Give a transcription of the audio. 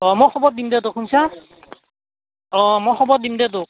অঁ মই খবৰ দিম দে তোক শুইনছা অঁ মই খবৰ দিম দে তোক